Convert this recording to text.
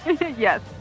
Yes